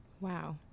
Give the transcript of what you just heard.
Wow